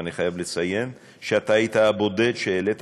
ואני חייב לציין שאתה היית הבודד שהעלית,